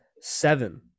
seven